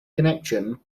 connection